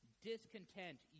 Discontent